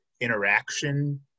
interaction